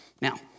Now